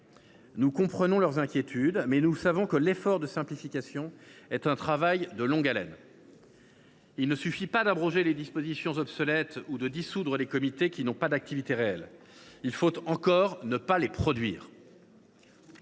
Nous comprenons leurs inquiétudes, mais nous savons que l’effort de simplification est un travail de longue haleine. Il ne suffit pas d’abroger les dispositions obsolètes ou de dissoudre les comités qui n’ont pas d’activité réelle. Encore faut il